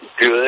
good